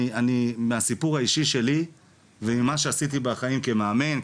עם הסיפור האישי שלי ועם מה שעשיתי בחיים שלי כמאמן,